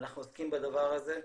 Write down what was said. אנחנו עוסקים בדבר הזה,